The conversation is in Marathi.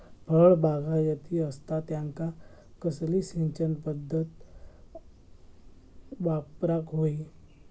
फळबागायती असता त्यांका कसली सिंचन पदधत वापराक होई?